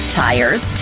tires